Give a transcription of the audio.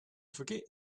forget